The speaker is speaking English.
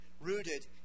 rooted